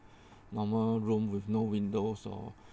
normal room with no windows or